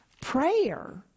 prayer